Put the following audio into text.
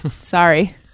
sorry